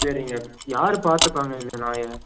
சரிங்க யார் பார்த்துப்பாங்க இந்த நாயை